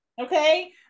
okay